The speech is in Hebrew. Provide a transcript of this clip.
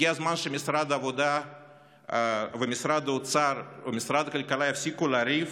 הגיע הזמן שמשרד העבודה ומשרד האוצר ומשרד הכלכלה יפסיקו לריב